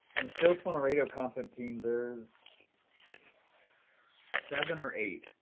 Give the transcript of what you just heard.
in the sales funnel radio content team there's seven or eight,